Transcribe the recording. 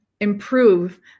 improve